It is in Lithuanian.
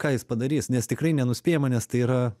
ką jis padarys nes tikrai nenuspėjama nes tai yra